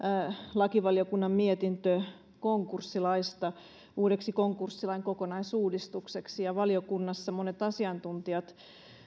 lakivaliokunnan mietintö konkurssilaista uudesta konkurssilain kokonaisuudistuksesta valiokunnassa monet asiantuntijat